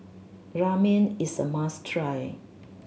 Ramen is a must try